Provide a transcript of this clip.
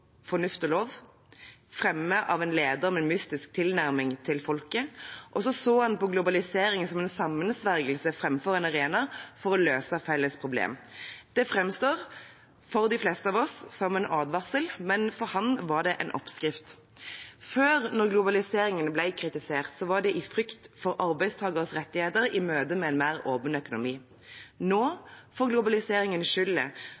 fremme av en leder med en mystisk tilnærming til folket, og han så på globaliseringen som en sammensvergelse, framfor en arena for å løse felles problem. Det framstår for de fleste av oss som en advarsel, men for ham var det en oppskrift. Før når globaliseringen ble kritisert, var det i frykt for arbeidstakeres rettigheter i møte med en mer åpen økonomi.